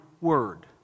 word